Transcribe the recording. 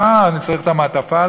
מה, אני צריך להביא את המעטפה?